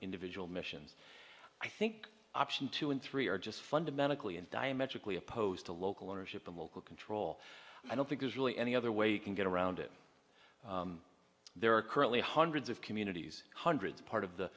individual missions i think option two and three are just fundamentally and diametrically opposed to local ownership and local control i don't think there's really any other way you can get around it there are currently hundreds of communities hundreds of part of the